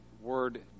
word